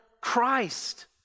Christ